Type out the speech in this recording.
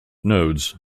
nodes